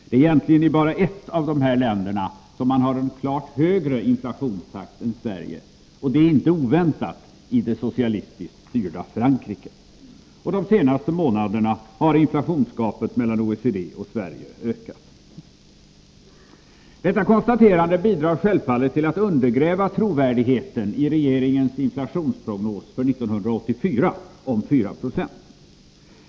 Det är egentligen bara i ett av dessa länder som man har en klart högre inflationstakt än Sverige, och det är inte oväntat i det socialistiskt styrda Frankrike. Och de senaste månaderna har inflationsgapet mellan OECD och Sverige ökat. Detta konstaterande bidrar självfallet till att undergräva trovärdigheten i regeringens inflationsprognos för 1984 om 4 96.